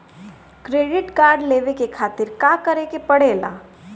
Credit card लेवे के खातिर का करेके पड़ेला?